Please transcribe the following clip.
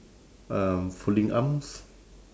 um folding arms